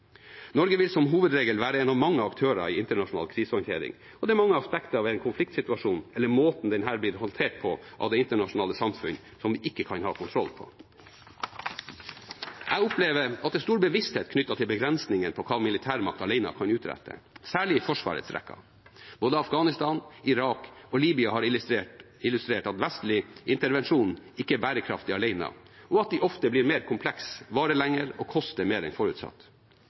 Norge vil som hovedregel være en av mange aktører i internasjonal krisehåndtering, og det er mange aspekter ved en konfliktsituasjon eller måten denne blir håndtert på av det internasjonale samfunn, som vi ikke kan ha kontroll på. Jeg opplever at det er en stor bevissthet knyttet til begrensningene for hva militærmakt alene kan utrette, særlig i Forsvarets rekker. Både Afghanistan, Irak og Libya har illustrert at vestlig intervensjon ikke er bærekraftig alene, og at de ofte blir mer komplekse, varer lenger og koster mer enn forutsatt.